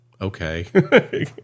Okay